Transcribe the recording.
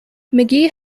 mcgee